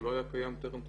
שלא היה קיים טרם תקופתו.